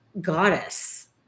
goddess